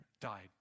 died